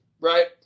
right